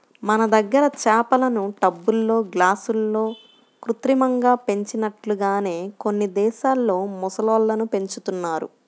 మన దగ్గర చేపలను టబ్బుల్లో, గాబుల్లో కృత్రిమంగా పెంచినట్లుగానే కొన్ని దేశాల్లో మొసళ్ళను పెంచుతున్నారు